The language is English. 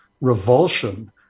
revulsion